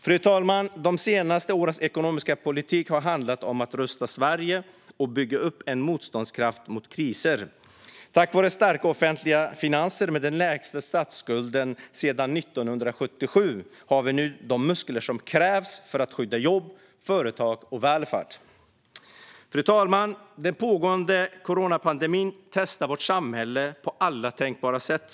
Fru talman! De senaste årens ekonomiska politik har handlat om att rusta Sverige och bygga upp en motståndskraft mot kriser. Tack vare starka offentliga finanser med den lägsta statsskulden sedan 1977 har vi nu de muskler som krävs för att skydda jobb, företag och välfärd. Fru talman! Den pågående coronapandemin testar vårt samhälle på alla tänkbara sätt.